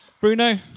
Bruno